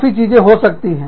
काफी चीजें हो सकती है